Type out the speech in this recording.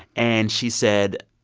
and she said,